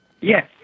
Yes